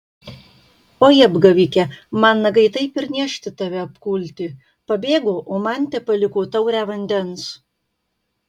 oi apgavike man nagai taip ir niežti tave apkulti pabėgo o man tepaliko taurę vandens